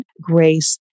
Grace